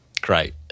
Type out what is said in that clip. Great